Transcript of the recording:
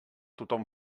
tothom